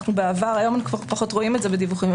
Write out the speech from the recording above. היום כבר פחות רואים את זה בדיווחים,